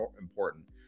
important